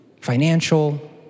financial